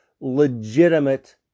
legitimate